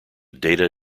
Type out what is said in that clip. data